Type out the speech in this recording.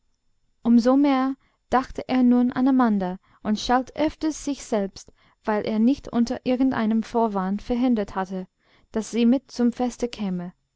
so mehr dachte er nun an amanda und schalt öfters sich selbst weil er nicht unter irgendeinem vorwand verhindert hatte daß sie mit zum feste käme